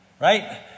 right